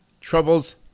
Troubles